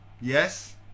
Yes